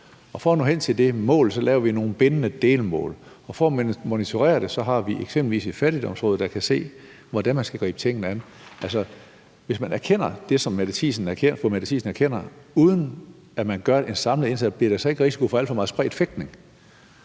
for at nå hen til de mål laver vi nogle bindende delmål, og for at monitorere det har vi eksempelvis et fattigdomsråd, der kan se, hvordan man skal gribe tingene an – altså, hvis man erkender det, som fru Mette Thiesen erkender, uden at man gør en samlet indsats – bliver der så ikke risiko for alt for meget spredt fægtning?